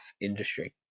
industry